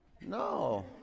No